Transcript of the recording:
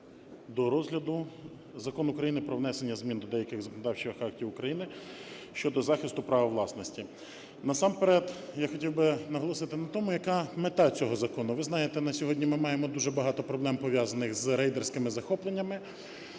до розгляду Закон України про внесення змін до деяких законодавчих актів України щодо захисту права власності. Насамперед я хотів би наголосити на тому, яка мета цього закону. Ви знаєте, на сьогодні ми маємо дуже багато проблем, пов'язаних з рейдерськими захопленнями,